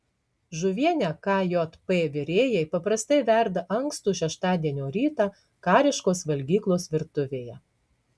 žuvienę kjp virėjai paprastai verda ankstų šeštadienio rytą kariškos valgyklos virtuvėje